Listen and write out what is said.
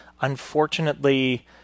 Unfortunately